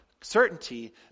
certainty